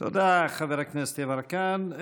תודה, חבר הכנסת יברקן.